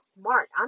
smart